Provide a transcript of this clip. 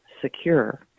secure